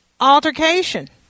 altercation